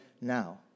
now